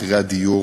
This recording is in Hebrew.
מחירי הדיור,